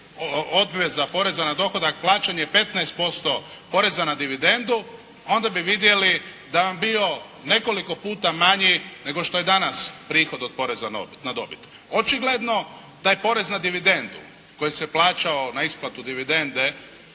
obveza poreza na dohodak, plaćanje 15% poreza na dividendu, onda bi vidjeli da je on bio nekoliko puta manji nego što je danas prihod od poreza na dobit. Očigledno, taj porez na dividendu, koji se plaćao na isplatu dividende